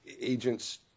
Agents